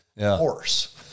horse